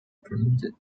permitted